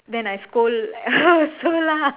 then I scold her also lah